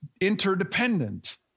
interdependent